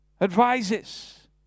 advises